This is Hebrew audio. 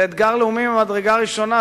זה אתגר לאומי ממדרגה ראשונה,